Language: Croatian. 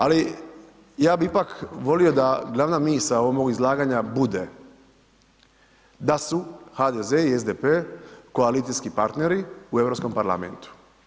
Ali, ja bi ipak volio da glavna misao ovog mog izlaganja bude da su HDZ i SDP koalicijski partneri u Europskom parlamentu.